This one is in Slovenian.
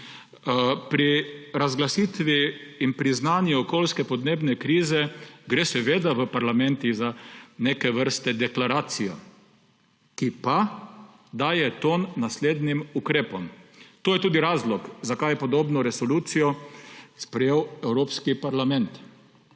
Pri razglasitvi in priznanju okoljske in podnebne krize gre seveda v parlamentih za neke vrste deklaracijo, ki pa daje ton naslednjim ukrepom. To je tudi razlog, zakaj je podobno resolucijo sprejel Evropski parlament.